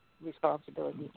responsibility